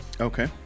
okay